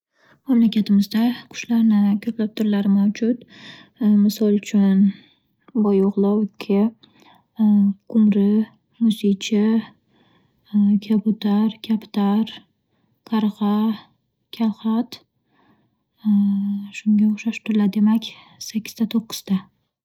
Mamlakatimizda qushlarni ko'plab turlari mavjud. Misol uchun: boyo'g'li, ukki, qumri, musicha, kabutar, kaptar, qarg'a, kalxat, shunga o'xshash turlar, demak sakkizta, to'qqizta.